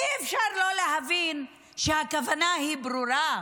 אי-אפשר לא להבין שהכוונה ברורה: